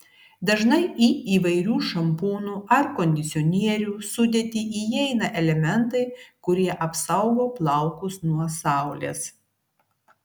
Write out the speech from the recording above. dažnai į įvairių šampūnų ar kondicionierių sudėtį įeina elementai kurie apsaugo plaukus nuo saulės